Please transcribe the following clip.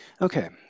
Okay